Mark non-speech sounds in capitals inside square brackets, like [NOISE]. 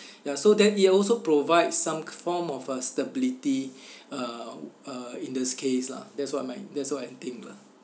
[BREATH] ya so then it also provide some form of uh stability [BREATH] uh uh in this case lah that's what my that's what I think lah